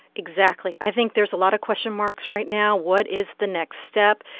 exactly. i think there's a lot of question marks right now. what is the next step?